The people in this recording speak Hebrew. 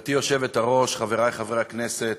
גברתי היושבת-ראש, חברי חברי הכנסת,